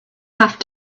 have